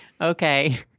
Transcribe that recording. Okay